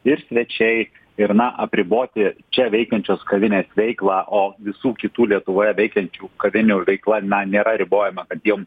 ir svečiai ir na apriboti čia veikiančios kavinės veiklą o visų kitų lietuvoje veikiančių kavinių veikla na nėra ribojama kad jom